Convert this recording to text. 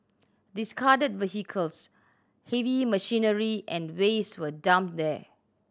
discarded vehicles heavy machinery and waste were dumped there